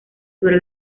sobre